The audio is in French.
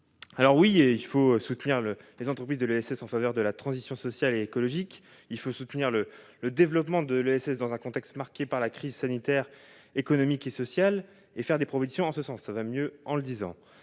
coopération. Il faut soutenir les entreprises de l'ESS en faveur de la transition sociale et écologique. Il faut soutenir le développement de l'ESS dans un contexte marqué par la crise sanitaire, économique et sociale et formuler des propositions en ce sens. Cela va sans dire,